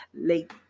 late